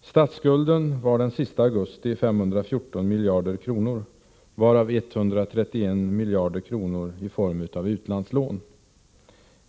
Statsskulden var den sista augusti 514 miljarder kronor, varav 131 miljarder kronor i form av utlandslån.